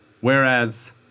Whereas